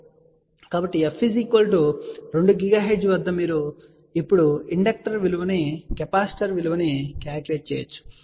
కాబట్టి f 2 GHz వద్ద మీరు ఇప్పుడు ఇండక్టర్ విలువను కెపాసిటర్ విలువను క్యాలిక్యులేట్ చేయవచ్చు